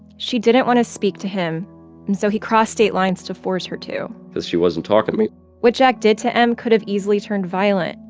she didn't want to speak to him, and so he crossed state lines to force her to cause she wasn't talking to me what jack did to m could have easily turned violent,